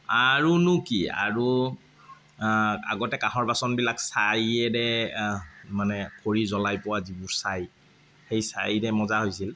আৰুনো কি আৰু আগতে কাঁহৰ বাচনবিলাক ছাইৰে মানে খৰি জ্বলাই পোৱা যিবোৰ ছাই সেই ছাইৰে মজা হৈছিল